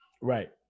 Right